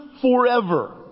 forever